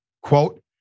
quote